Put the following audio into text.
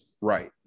right